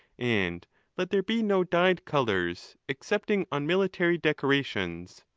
and let there be no dyed colours, excepting on military decorations.